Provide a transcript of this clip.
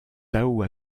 tao